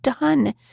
done